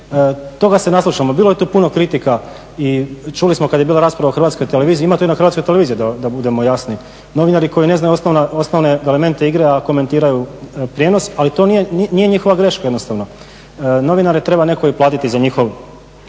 Toga se naslušamo, bilo je tu puno kritika i čuli smo kad je bila rasprava o Hrvatskoj televiziju, ima toga i na Hrvatskoj televiziji da budemo jasni, novinari koji ne znaju osnovne elemente igre a komentiraju prijenos, al to nije njihova greška jednostavno. Novinare treba neko i platiti za njihov